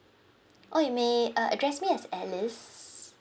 oh you may uh address me as alice